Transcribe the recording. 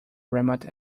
remote